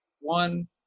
one